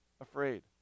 afraid